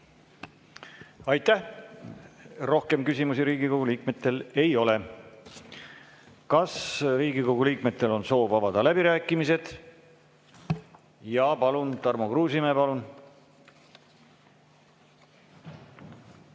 Aitäh! Rohkem küsimusi Riigikogu liikmetel ei ole. Kas Riigikogu liikmetel on soovi avada läbirääkimised? Jaa, palun! Tarmo Kruusimäe, palun!